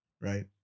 right